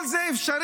כל זה אפשרי,